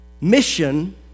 mission